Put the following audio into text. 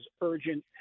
urgent